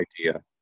idea